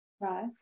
Right